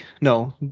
no